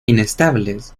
inestables